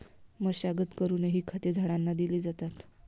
मशागत करूनही खते झाडांना दिली जातात